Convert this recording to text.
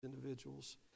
Individuals